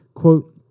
Quote